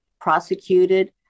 prosecuted